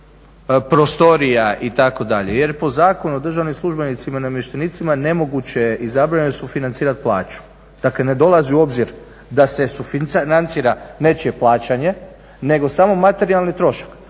prostorija itd. Jer je po zakonu o državnim službenicima i namještenicima nemoguće je i zabranjeno sufinancirati plaću. Dakle, ne dolazi u obzir da se sufinancira nečije plaćanje nego samo materijalni trošak